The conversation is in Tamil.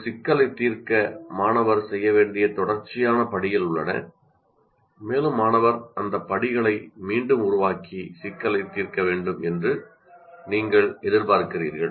ஒரு சிக்கலைத் தீர்க்க மாணவர் செய்ய வேண்டிய தொடர்ச்சியான படிகள் உள்ளன மேலும் மாணவர் அந்த படிகளை மீண்டும் உருவாக்கி சிக்கலைத் தீர்க்க வேண்டும் என்று நீங்கள் எதிர்பார்க்கிறீர்கள்